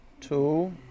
two